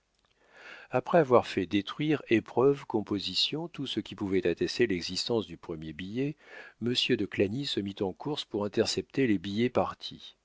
après avoir fait détruire épreuves composition tout ce qui pouvait attester l'existence du premier billet monsieur de clagny se mit en course pour intercepter les billets partis